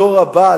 הדור הבא,